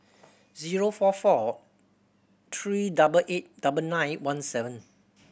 zero four four three double eight double nine one seven